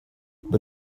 but